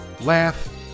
laugh